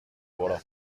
voilà